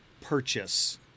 purchase